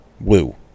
Woo